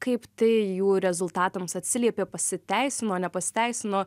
kaip tai jų rezultatams atsiliepė pasiteisino nepasiteisino